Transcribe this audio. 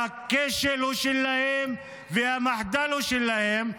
והכשל הוא שלהם והמחדל הוא שלהם.